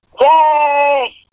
Yay